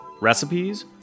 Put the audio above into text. recipes